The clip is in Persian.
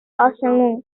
آسمون